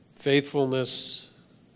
Faithfulness